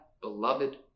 beloved